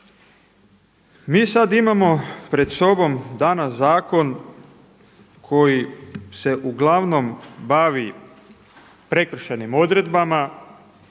Mi sad imamo pred sobom danas zakon koji se uglavnom bavi prekršajnim odredbama,